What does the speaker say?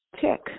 tick